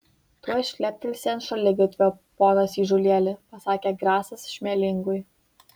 tuoj šleptelsi ant šaligatvio ponas įžūlėli pasakė grasas šmelingui